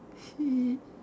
he